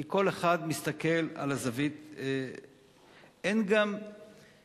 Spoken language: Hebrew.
כי כל אחד מסתכל על הזווית, אין גם ידיעה